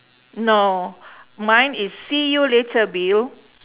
no mine is see you later bill